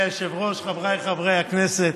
אדוני היושב-ראש, חבריי חברי הכנסת,